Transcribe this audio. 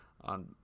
on